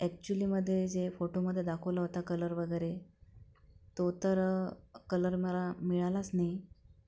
ॲक्च्युलीमध्ये जे फोटोमध्ये दाखवला होता कलर वगैरे तो तर कलर मला मिळालाच नही